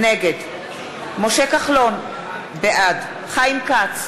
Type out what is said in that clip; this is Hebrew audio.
נגד משה כחלון, בעד חיים כץ,